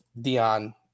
Dion